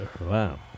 Wow